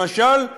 למשל,